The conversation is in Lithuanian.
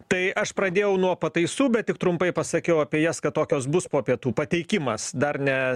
tai aš pradėjau nuo pataisų bet tik trumpai pasakiau apie jas kad tokios bus po pietų pateikimas dar ne